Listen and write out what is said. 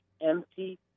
empty